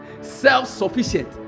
self-sufficient